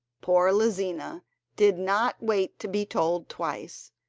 poor lizina did not wait to be told twice,